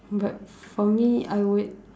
but for me I would